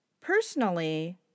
Personally